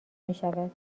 میشود